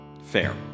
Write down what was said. Fair